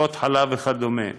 טיפות חלב וכדומה.